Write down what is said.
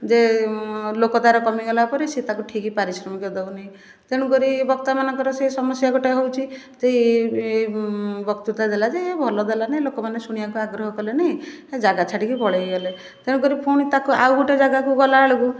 ଯେ ଲୋକ ତା'ର କମିଗଲା ପରେ ସେ ତାକୁ ଠିକ୍ ପାରିଶ୍ରମିକ ଦେଉନି ତେଣୁକରି ବକ୍ତା ମାନଙ୍କର ସେ ସମସ୍ୟା ଗୋଟାଏ ହେଉଛି ତ ଇଏ ବକ୍ତୃତା ଦେଲା ଯେ ଇଏ ଭଲ ଦେଲାନି ଲୋକମାନେ ଶୁଣିବାକୁ ଆଗ୍ରହ କଲେନି ଯାଗା ଛାଡ଼ିକି ପଳେଇଗଲେ ତେଣୁକରି ପୁଣି ତାକୁ ଆଉ ଗୋଟେ ଯାଗାକୁ ଗଲାବେଳକୁ